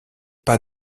pas